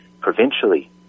provincially